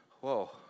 whoa